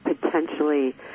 potentially